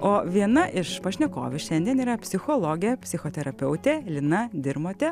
o viena iš pašnekovių šiandien yra psichologė psichoterapeutė lina dirmotė